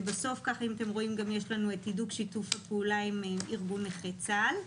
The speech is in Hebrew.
ובסוף אתם רואים שגם יש לנו את הידוק שיתוף הפעולה עם ארגון נכי צה"ל.